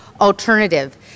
alternative